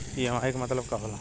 EMI के मतलब का होला?